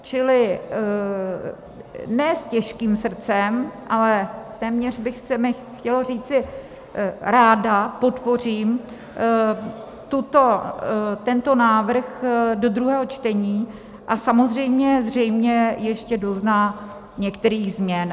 Čili ne s těžkým srdcem, ale téměř by se mi chtělo říci ráda podpořím tento návrh do druhého čtení, a samozřejmě zřejmě ještě dozná některých změn.